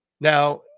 Now